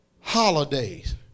holidays